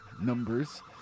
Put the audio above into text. numbers